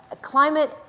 climate